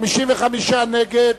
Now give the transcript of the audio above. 55 נגד,